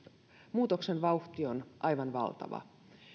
muutoksen vauhti on aivan valtava